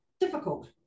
difficult